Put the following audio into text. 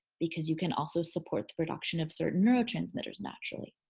because you can also support the production of certain neurotransmitters naturally.